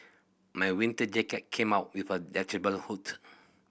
my winter jacket came out with a detachable hood